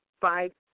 five